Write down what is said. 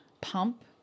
pump